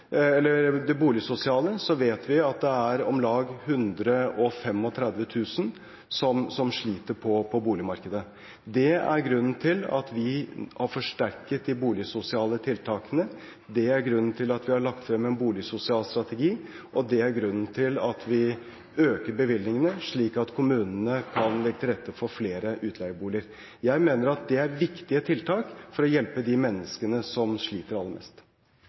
er grunnen til at vi har forsterket de boligsosiale tiltakene, det er grunnen til at vi har lagt frem en boligsosial strategi, og det er grunnen til at vi øker bevilgningene slik at kommunene kan legge til rette for flere utleieboliger. Jeg mener det er viktige tiltak for å hjelpe menneskene som sliter aller mest.